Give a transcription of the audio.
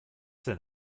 denn